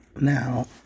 Now